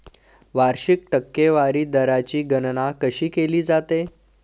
वार्षिक टक्केवारी दराची गणना कशी केली जाते?